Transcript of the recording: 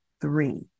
three